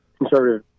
conservative